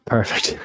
Perfect